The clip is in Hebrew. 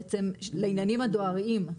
לעניינים הדואריים.